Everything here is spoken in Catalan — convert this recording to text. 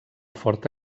forta